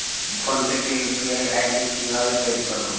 Phone pay তে UPI ID কি ভাবে তৈরি করবো?